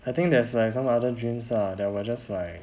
I think there's like some other dreams ah that were just like